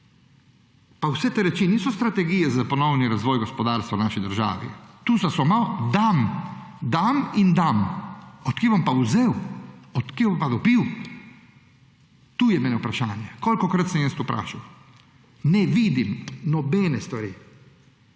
Pa vse te reči niso strategije za ponovni razvoj gospodarstva v naši državi. Tu so samo dam; dam in dam. Od kje bom pa vzel, od kje bom pa dobil? To je moje vprašanje. Kolikokrat sem jaz vprašal. Ne vidim nobene stvari,